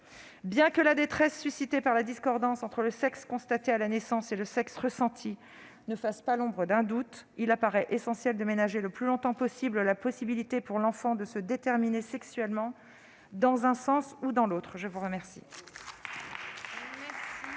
Bien que la détresse suscitée par la discordance entre le sexe constaté à la naissance et le sexe ressenti ne fasse pas l'ombre d'un doute, il paraît essentiel de ménager le plus longtemps possible la possibilité pour l'enfant de se déterminer sexuellement dans un sens ou dans l'autre. Enfin un peu de